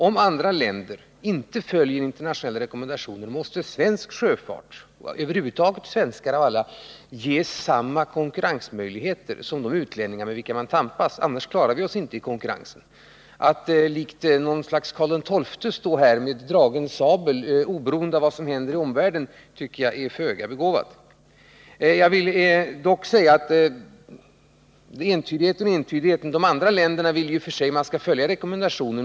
Om andra länder inte följer internationella rekommendationer måste svensk sjöfart — och svenskar över huvud taget — ges samma konkurrensmöjligheter som de utlänningar har med vilka vi tampas, annars klarar vi oss inte i konkurrensen. Att likt en Karl XII stå här med dragen sabel oberoende av vad som händer i omvärlden är föga begåvat. 29 Vad beträffar entydigheten så vill de andra länderna alltså att man skall följa rekommendationen.